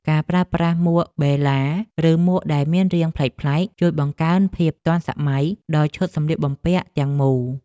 ការប្រើប្រាស់មួកបេឡេ ឬមួកដែលមានរាងប្លែកៗ ជួយបង្កើនភាពទាន់សម័យដល់ឈុតសម្លៀកបំពាក់ទាំងមូល។